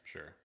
Sure